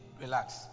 relax